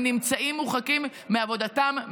הם נמצאים מורחקים מעבודתם,